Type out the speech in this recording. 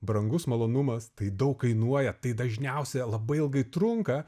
brangus malonumas tai daug kainuoja tai dažniausiai labai ilgai trunka